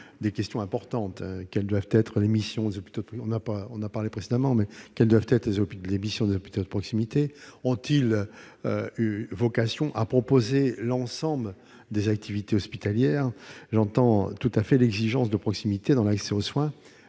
dont nous avons déjà parlé : quelles doivent être les missions des hôpitaux de proximité ? Ont-ils vocation à proposer l'ensemble des services hospitaliers ? J'entends tout à fait l'exigence de proximité dans l'accès aux soins